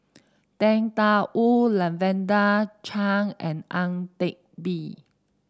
Tang Da Wu Lavender Chang and Ang Teck Bee